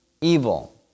evil